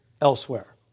elsewhere